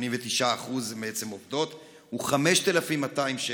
89% בעצם הן עובדות, הוא 5,200 שקלים,